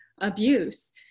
abuse